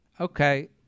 Okay